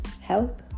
help